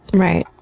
right.